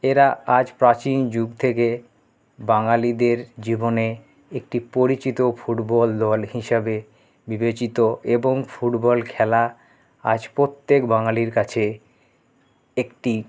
এরা আজ প্রাচীন যুগ থেকে বাঙালিদের জীবনে একটি পরিচিত ফুটবল দল হিসাবে বিবেচিত এবং ফুটবল খেলা আজ প্রত্যেক বাঙালির কাছে একটি